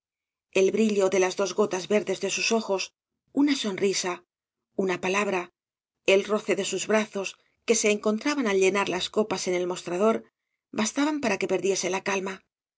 el brillo de las dos gotas verdes de sus ojos una sonrisa una palabra el roce de sus brazos que se encontraban al llenar las copas en el mostrador bastaban para que perdiese la calma